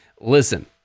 listen